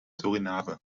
suriname